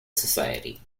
society